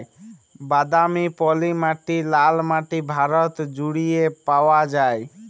বাদামি, পলি মাটি, ললা মাটি ভারত জুইড়ে পাউয়া যায়